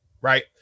right